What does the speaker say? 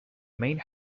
main